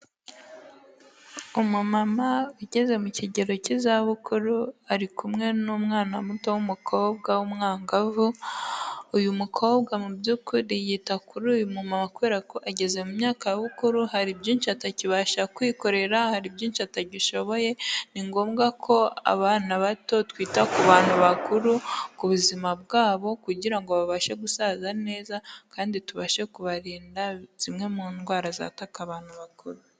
Umumama ugeze mu kigero cy'izabukuru ari kumwe n'umwana muto w'umukobwa w'umwangavu, uyu mukobwa mu by'ukuri yita kuri uyu muntu kubera ko ageze mu myaka ya bukuru, hari byinshi atakibasha kwikorera hari byinshi atagishoboye ni ngombwa ko abana bato twita ku bantu bakuru ku buzima bwabo kugira ngo babashe gusaza neza kandi tubashe kubarinda zimwe mu ndwara zataka abantu bakuru.